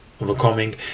overcoming